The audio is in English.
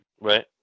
Right